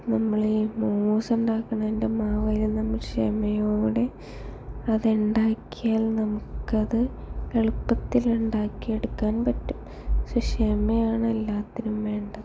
നമ്മൾ ഈ മോമോസ് ഉണ്ടാക്കണതിൻ്റെ മാവ് ക്ഷമയോടെ അത് ഉണ്ടാക്കിയാൽ നമുക്കത് എളുപ്പത്തിൽ ഉണ്ടാക്കി എടുക്കാൻ പറ്റും ക്ഷമയാണ് എല്ലാത്തിനും വേണ്ടത്